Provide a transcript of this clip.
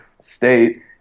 state